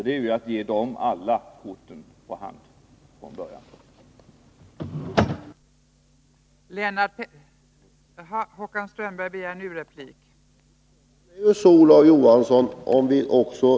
Det är ju att ge dem alla korten på hand från början.